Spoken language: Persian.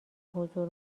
حضور